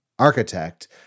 architect